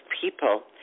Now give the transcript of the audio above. people